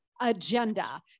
agenda